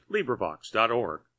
LibriVox.org